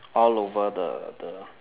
all over the the